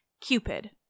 Cupid